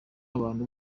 abantu